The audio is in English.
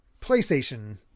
playstation